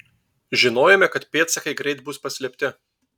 žinojome kad pėdsakai greit bus paslėpti